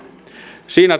siinä